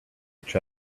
each